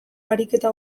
ariketa